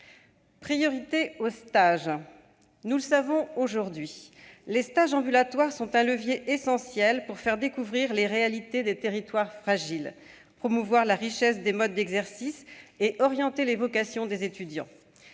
priorité aux stages. Nous le savons : les stages ambulatoires sont un levier essentiel pour faire découvrir les réalités des territoires fragiles, pour promouvoir la richesse des modes d'exercice et pour orienter les vocations des étudiants.